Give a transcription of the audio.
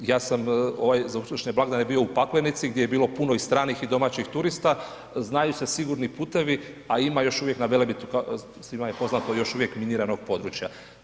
Ja sam za uskršnje blagdane bio u Paklenici gdje je bilo puno i stranih i domaćih turista, znaju se sigurni putevi a ima još uvijek na Velebitu, svima je poznato još uvijek miniranog područja.